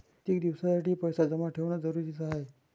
कितीक दिसासाठी पैसे जमा ठेवणं जरुरीच हाय?